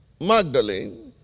Magdalene